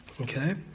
Okay